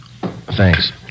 Thanks